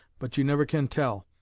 but you never can tell.